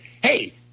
hey